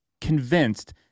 convinced